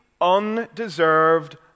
undeserved